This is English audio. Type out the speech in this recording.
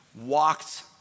walked